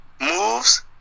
moves